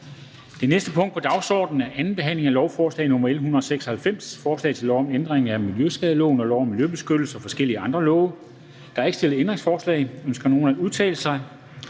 Det næste punkt på dagsordenen er: 4) 2. behandling af lovforslag nr. L 96: Forslag til lov om ændring af miljøskadeloven og lov om miljøbeskyttelse og forskellige andre love. (Ændring af handlepligten for den ansvarlige